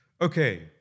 Okay